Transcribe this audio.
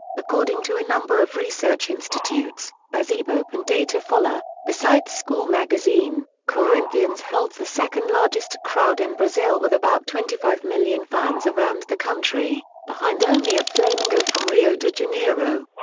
according to a number of research institutes, as ibope and datafolha, besides score magazine, corinthians holds the second largest crowd in brazil with about twenty five million fans around the country behind only of flamengo from rio de janeiro.